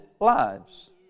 lives